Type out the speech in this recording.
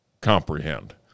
comprehend